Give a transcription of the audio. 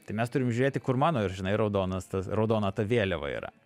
tai mes turim žiūrėti kur mano žinai raudonas tas raudona ta vėliava yra